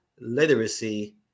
Literacy